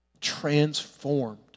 transformed